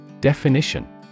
Definition